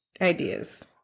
ideas